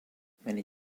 many